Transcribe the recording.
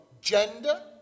gender